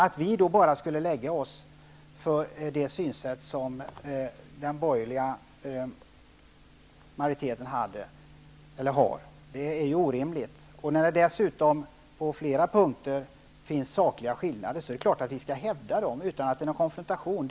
Att vi då bara skulle acceptera det synsätt som den borgerliga majoriteten har är orimligt. När det dessutom på flera punkter finns sakliga skillnader, är det klart att vi skall hävda dem utan att det är fråga om konfrontation.